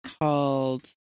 called